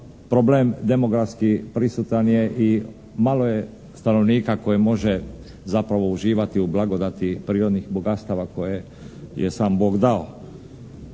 problem demografski prisutan je i malo je stanovnika koji može zapravo uživati u blagodati prirodnih bogatstava koje je sam Bog dao.